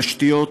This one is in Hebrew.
תשתיות,